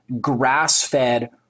grass-fed